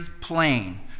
plain